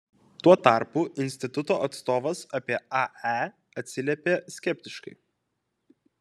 tuo tarpu instituto atstovas apie ae atsiliepė skeptiškai